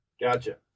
Gotcha